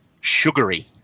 sugary